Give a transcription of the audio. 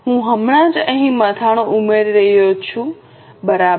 હું હમણાં જ અહીં મથાળું ઉમેરી રહ્યો છું બરાબર